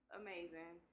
amazing